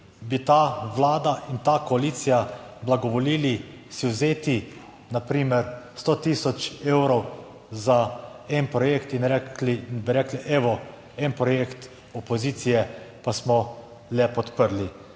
bi ta Vlada in ta koalicija blagovolili si vzeti na primer 100000 evrov za en projekt in bi rekli, evo, en projekt opozicije pa smo le podprli.